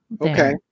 okay